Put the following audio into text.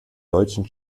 deutschen